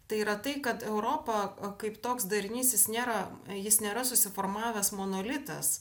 tai yra tai kad europa kaip toks darinys jis nėra jis nėra susiformavęs monolitas